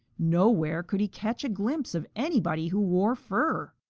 nowhere could he catch a glimpse of anybody who wore fur.